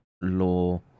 law